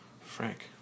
Frank